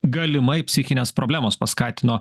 galimai psichinės problemos paskatino